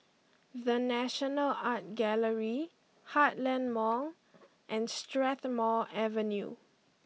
The National Art Gallery Heartland Mall and Strathmore Avenue